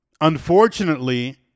unfortunately